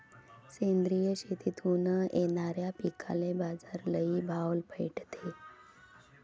सेंद्रिय शेतीतून येनाऱ्या पिकांले बाजार लई भाव भेटते